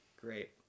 Great